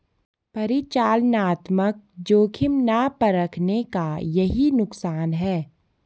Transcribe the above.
परिचालनात्मक जोखिम ना परखने का यही नुकसान है